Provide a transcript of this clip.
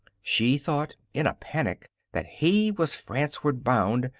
she thought, in a panic, that he was franceward bound,